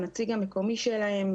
לנציג המקומי שלהם.